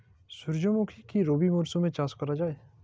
সুর্যমুখী কি রবি মরশুমে চাষ করা যায়?